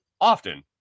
often